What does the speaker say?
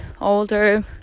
older